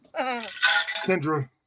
Kendra